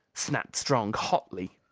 snapped strong hotly.